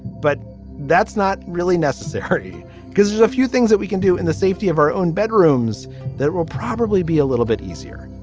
but that's not really necessary necessary because there's a few things that we can do in the safety of our own bedrooms that will probably be a little bit easier.